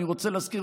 אני רוצה להזכיר,